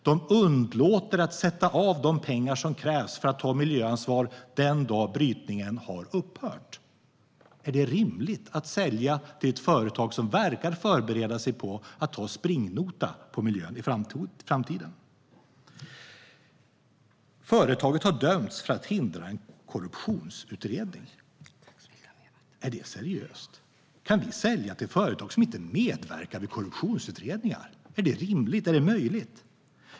De underlåter att sätta av de pengar som krävs för att ta miljöansvar den dag brytningen har upphört. Är det rimligt att sälja till ett företag som verkar förbereda sig på att ta springnota på miljön i framtiden? Företaget har dömts för att ha hindrat en korruptionsutredning. Är det seriöst? Kan vi sälja till företag som inte medverkar vid korruptionsutredningar? Är det rimligt? Är det möjligt?